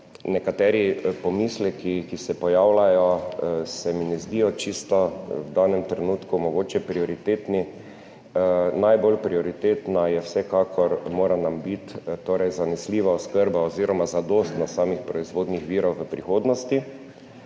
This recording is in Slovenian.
nekateri pomisleki, ki se pojavljajo, se mi mogoče ne zdijo v danem trenutku popolnoma prioritetni. Najbolj prioritetna nam vsekakor mora biti torej zanesljiva oskrba oziroma zadostnost samih proizvodnih virov v prihodnosti,